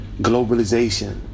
globalization